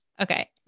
Okay